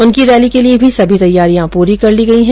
उनकी रैली के लिए भी सभी तैयारियां पूरी कर ली गई हैं